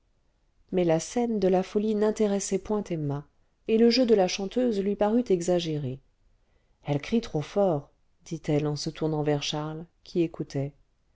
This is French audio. mais la scène de la folie n'intéressait point emma et le jeu de la chanteuse lui parut exagéré elle crie trop fort dit-elle en se tournant vers charles qui écoutait